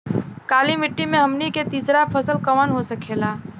काली मिट्टी में हमनी के तीसरा फसल कवन हो सकेला?